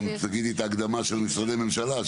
גם תגידי את ההקדמה של משרד הממשלה.